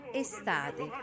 estate